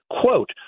quote